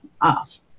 off